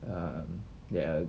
um there're